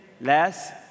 less